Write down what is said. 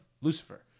Lucifer